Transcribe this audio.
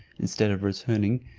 instead of returning,